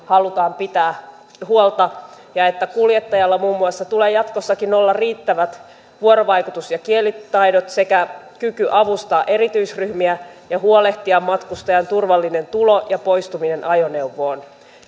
halutaan pitää huolta ja että kuljettajalla muun muassa tulee jatkossakin olla riittävät vuorovaikutus ja kielitaidot sekä kyky avustaa erityisryhmiä ja huolehtia matkustajan turvallinen tulo ajoneuvoon ja poistuminen